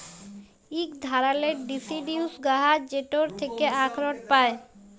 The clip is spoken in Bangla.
ইক ধারালের ডিসিডিউস গাহাচ যেটর থ্যাকে আখরট পায়